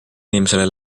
inimesele